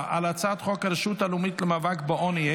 על הצעת חוק הרשות הלאומית למאבק בעוני,